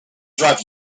drive